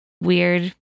weird